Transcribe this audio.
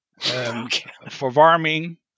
verwarming